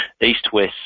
East-West